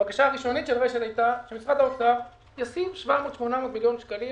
הבקשה הראשונית של רש"ת הייתה שמשרד האוצר ישים 700 800 מיליון שקלים